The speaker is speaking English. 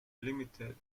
limited